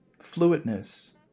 fluidness